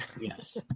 Yes